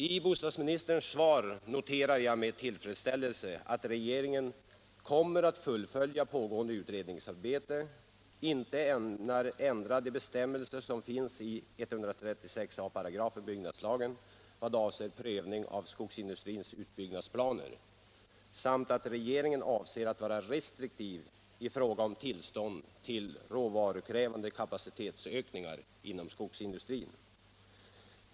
I bostadsministerns svar noterar jag med tillfredsställelse att regeringen kommer att fullfölja pågående utredningsarbete och inte ämnar ändra de bestämmelser som finns i 136 a § byggnadslagen i vad avser prövning av skogsindustrins utbyggnadsplaner samt avser att vara restriktiv i fråga om tillstånd till råvarukrävande kapacitetsökningar inom skogsindustrin.